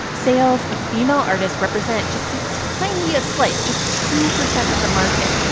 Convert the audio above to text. sales of female artists represent just the tiniest slice just two percent of the market.